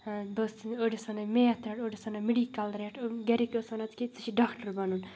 بہٕ ٲسٕس أڑۍ ٲسۍ وَنان میتھ رَٹ أڑۍ ٲسۍ وَنان مٮ۪ڈیٖکَل رَٹ گَرِکۍ ٲسۍ وَنان ژےٚ کیٛاہ ژےٚ چھِ ڈاکٹر بَنُن